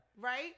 Right